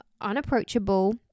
unapproachable